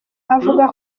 avuga